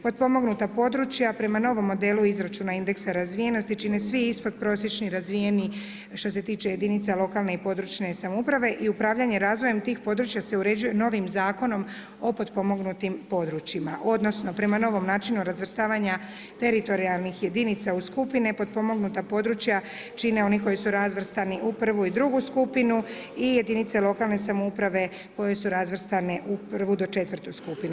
Potpomognuta područja, prema novom modelu izračuna indeksa razvijenosti, čine svi ispodprosječni razvijeni, što se tiče jedinica lokalne i područne samouprave i upravljanje razvoja tih područja se uređuje novim zakonom o potpomognutim područjima, odnosno, prema novom načinu razvrstavanja teritorijalnih jedinica u skupine, potpomognuta područja, čine oni koji su razvrstani u prvu i drugu skupinu i jedinice lokalne samouprave koje su razvrstane od 1-4 skupinu.